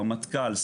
רמטכ"ל,